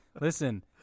Listen